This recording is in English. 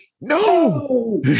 no